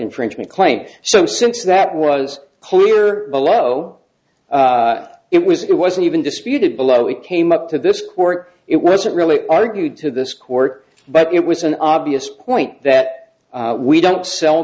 infringement claim so since that was clear below it was it wasn't even disputed billowy came up to this court it wasn't really argued to this court but it was an obvious point that we don't sell